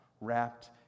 wrapped